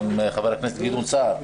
גם חבר הכנסת גדעון סער,